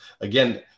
again